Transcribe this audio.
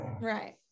right